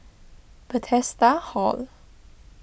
Bethesda Hall